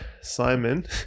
Simon